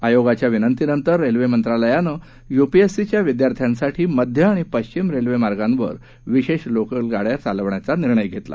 आयोगाच्या विनंतीनंतर रेल्वे मंत्रालयानं युपीएससीच्या विद्यार्थ्यांसाठी मध्य आणि पश्चिम रेल्वेमार्गांवर विशेष लोकलगाड्या चालविण्याचा निर्णय घेतला